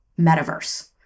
metaverse